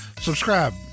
Subscribe